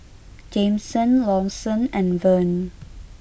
Jameson Lawson and Verne